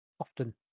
Often